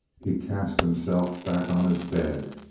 he cast himself back on his bed,